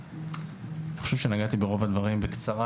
אני חושב שנגעתי ברוב הדברים בקצרה,